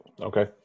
Okay